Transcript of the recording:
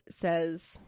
says